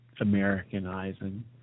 Americanizing